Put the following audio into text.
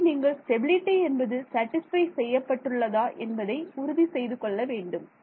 ஆகவே நீங்கள் ஸ்டெபிலிடி என்பது சேட்டிஸ்ஃபை செய்யப்பட்டுள்ளதா என்பதை உறுதி செய்து கொள்ள வேண்டும்